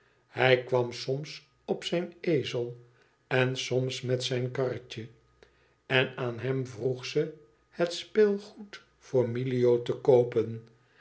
hij kwam soms op zijn ezel en soms met zijn karretje en aan hem vroeg ze het speelgoed voor milio te koopen